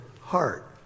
heart